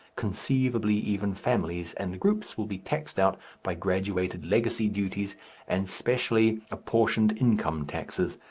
conceivably even families and groups will be taxed out by graduated legacy duties and specially apportioned income taxes,